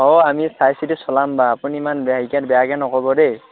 অঁ আমি চাই চিটি চলাম বা আপুনি ইমান বেয়াকৈ নক'ব দেই